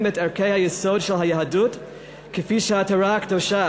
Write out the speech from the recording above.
את ערכי היסוד של היהדות כפי שהתורה הקדושה